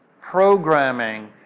programming